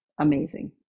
amazing